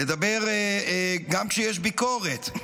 לדבר גם כשיש ביקורת,